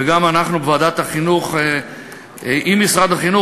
וגם אנחנו בוועדת החינוך עם משרד החינוך.